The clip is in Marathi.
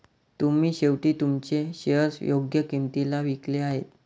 तुम्ही शेवटी तुमचे शेअर्स योग्य किंमतीला विकले आहेत